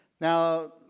Now